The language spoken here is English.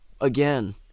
again